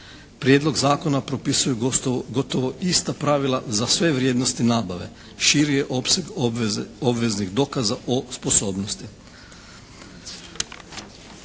Prijedlog zakona propisuje gotovo ista pravila za sve vrijednosti nabave, širi opseg obveznih dokaza o sposobnosti.